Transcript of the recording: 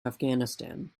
afghanistan